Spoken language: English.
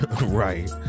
Right